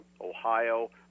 Ohio